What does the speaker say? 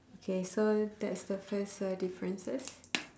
okay so that's the first uh differences